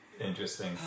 Interesting